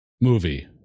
movie